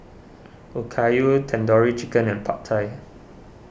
Okayu Tandoori Chicken and Pad Thai